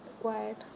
quiet